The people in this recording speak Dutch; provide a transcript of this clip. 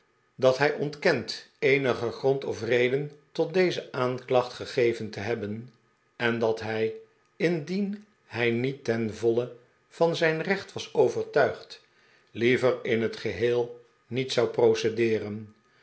dat hij ontkent eenigen grond of re den tot deze aanklacht gegeven te hebben en dat hij indien hij niet ten voile van zijn recht was overtuigd liever in het geheel niet zou procedeeren